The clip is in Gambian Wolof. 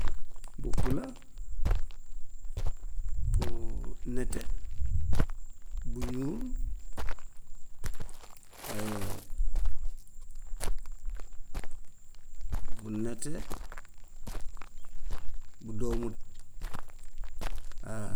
bu bulo, bu nete, bu ñuul bu nete, bu doomu.